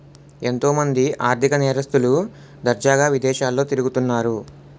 ఎంతో మంది ఆర్ధిక నేరస్తులు దర్జాగా విదేశాల్లో తిరుగుతన్నారు